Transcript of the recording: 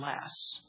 less